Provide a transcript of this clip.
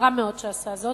ורע מאוד שעשה זאת,